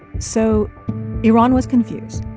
so iran was confused.